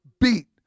beat